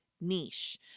niche